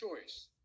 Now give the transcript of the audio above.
choice